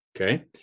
okay